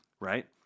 right